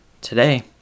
Today